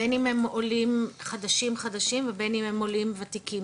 בין אם הם עולים חדשים-חדשים ובין אם הם עולים וותיקים,